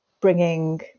bringing